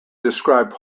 described